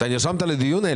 אתה נרשמת לדיון?